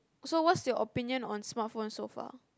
so what's your opinion on smartphone so far